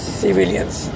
civilians